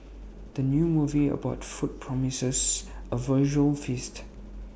the new movie about food promises A visual feast